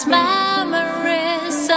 memories